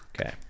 Okay